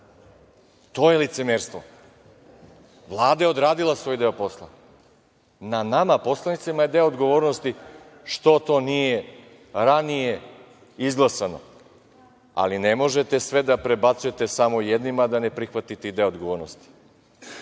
To je licemerstvo. Vlada je odradila svoj deo posla. Na nama poslanicima je deo odgovornosti što to nije ranije izglasano, ali ne možete sve da prebacujete samo jednima, a da ne prihvatite i deo odgovornosti.